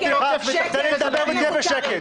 תן לי לדבר ותהיה בשקט.